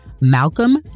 Malcolm